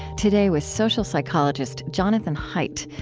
today, with social psychologist jonathan haidt,